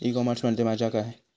E commerce म्हणजे मझ्या आसा?